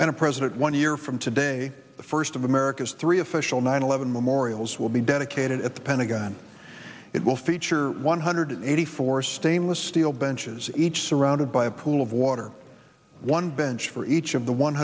when a president one year from today the first of america's three official nine eleven memorials will be dedicated at the pentagon it will feature one hundred eighty four stainless steel benches each surrounded by a pool of water one bench for each of the one